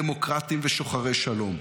דמוקרטים ושוחרי שלום.